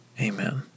Amen